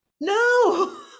No